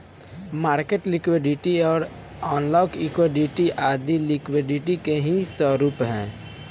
market liquidity, accounting liquidity आदी liquidity के ही स्वरूप है